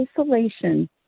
isolation